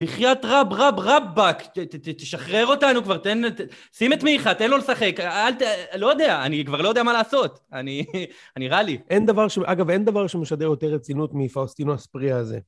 בחייאת רב, רב, רבאק, תשחרר אותנו כבר, תן... שים את מיכה, תן לו לשחק, אל ת... לא יודע, אני כבר לא יודע מה לעשות. אני... אני רע לי. - אגב, אין דבר שמשדר יותר רצינות מפאוסטינו אספרייה הזה.